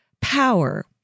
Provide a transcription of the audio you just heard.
power